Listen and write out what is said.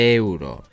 euro